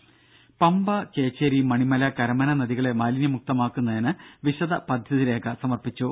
രും പമ്പ കേച്ചേരി മണിമല കരമന നദികളെ മാലിന്യമുക്തമാക്കുന്നതിന് വിശദ പദ്ധതിരേഖ സമർപ്പിച്ചു